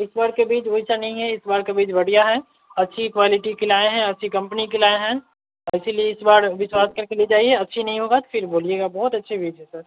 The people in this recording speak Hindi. इस बार का बीज वैसा नहीं है इस बार का बीज बढ़िया है अच्छी क्वालिटी की लाए हैं अच्छी कम्पनी की लाए हैं और इसलिए इस बार विश्वास करके ले जाइए अच्छी नहीं होगा फ़िर बोलिएगा बहुत अच्छी बीस है सर